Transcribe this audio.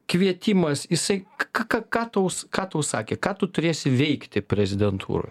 kvietimas jisai ką ką tau ką tau sakė ką tu turėsi veikti prezidentūroj